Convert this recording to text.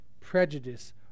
prejudice